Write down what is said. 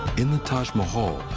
in the taj mahal,